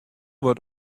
wat